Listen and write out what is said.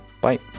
bye